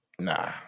nah